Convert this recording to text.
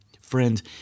Friends